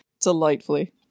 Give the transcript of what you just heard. delightfully